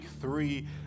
three